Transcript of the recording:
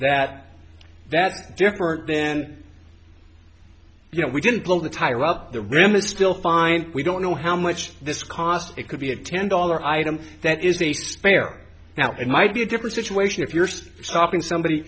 that that different then you know we didn't blow the tile up the rim it's still fine we don't know how much this cost it could be a ten dollar item that is a spare now it might be a different situation if yours stopping somebody